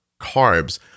carbs